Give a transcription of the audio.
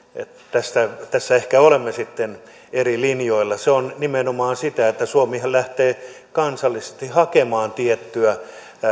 tässä ehkä olemme sitten eri linjoilla se on nimenomaan sitä että suomihan lähtee kansallisesti hakemaan tiettyä